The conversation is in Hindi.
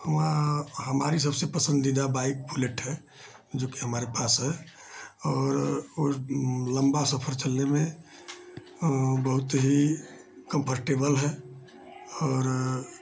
वहाँ आप हमारी सबसे पसन्दीदा बाइक बुलेट है जोकि हमारे पास है और और लम्बा सफ़र चलने में बहुत ही कम्फर्टेबल है और